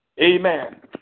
Amen